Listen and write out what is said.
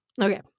Okay